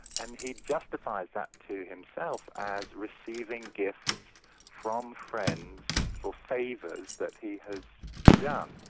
and he justifies that to himself as receiving gifts from friends for favours that he has done.